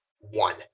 One